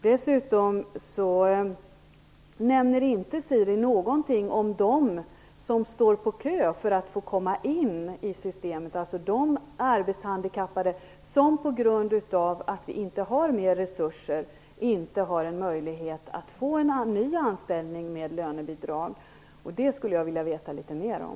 Dessutom nämner inte Siri Dannaeus någonting om dem som står i kö för att få komma in i systemet, dvs. de arbetshandikappade som på gå grund av att det inte finns mer resurser inte har en möjlighet att få en ny anställning med lönebidrag. Detta skulle jag vilja veta litet mer om.